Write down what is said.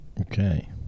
Okay